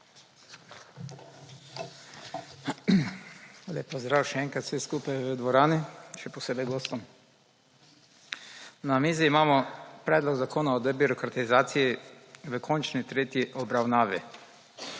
Na mizi imamo Predlog zakona o debirokratizaciji v končni tretji obravnavi.